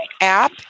app